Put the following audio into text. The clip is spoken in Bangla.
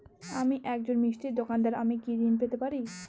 আমি একজন মিষ্টির দোকাদার আমি কি ঋণ পেতে পারি?